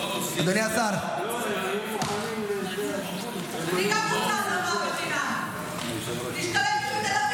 אבל בן גביר רצה להראות שהוא קיבל את רשות האכיפה.